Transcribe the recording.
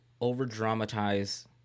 over-dramatize